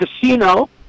Casino